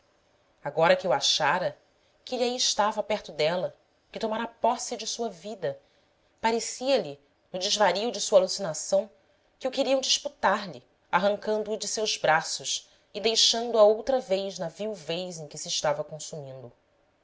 agora que o achara que ele aí estava perto dela que tomara posse de sua vida parecia-lhe no desvario de sua alucinação que o queriam disputar lhe arrancando o de seus braços e deixando-a outra vez na viuvez em que se estava consumindo